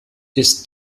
ist